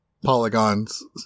polygons